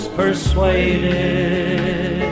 persuaded